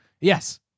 Yes